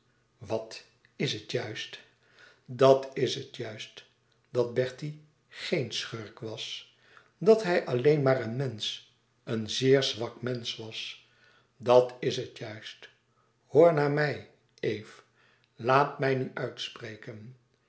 wat is het juist dat is het juist dat bertie géen schurk was dat hij alleen maar een mensch een zeer zwak mensch was dat is het juist hoor naar mij eve laat mij nu uitspreken